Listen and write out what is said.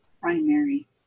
primary